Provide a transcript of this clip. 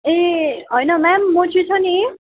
ए होइन मेम म चाहिँ छ नि